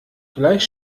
gleich